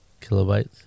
Kilobytes